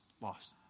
lost